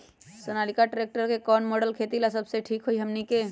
Sonalika tractor के कौन model खेती ला सबसे ठीक होई हमने की?